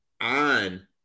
on